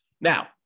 now